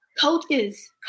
Coaches